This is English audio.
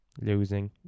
losing